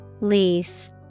Lease